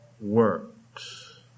works